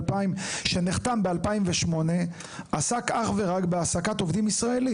שנחתם ב-2008 עסק אך ורק בהעסקת עובדים ישראלים,